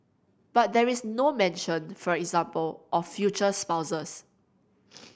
but there is no mention for example of future spouses